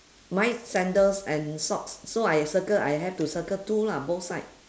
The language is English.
mine is sandals and socks so I circle I have to circle two lah both side